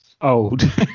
Old